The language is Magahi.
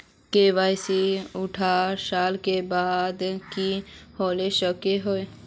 के.वाई.सी की अठारह साल के बाद ही खोल सके हिये?